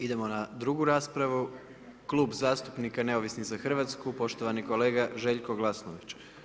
Idemo na drugu raspravu, Klub zastupnika Neovisni za Hrvatsku, poštovani kolega Željko Glasnović.